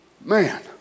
man